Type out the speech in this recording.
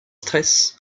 stress